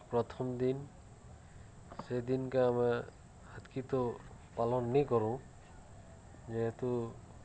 ପ୍ରଥମ୍ ଦିନ୍ ସେ ଦିନ୍କେ ଆମେ ହେତ୍କିି ତ ପାଳନ୍ ନେଇ କରୁ ଯେହେତୁ